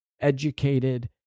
educated